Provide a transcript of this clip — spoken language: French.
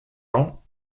ans